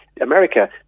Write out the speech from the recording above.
America